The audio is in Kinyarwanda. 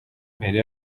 mbere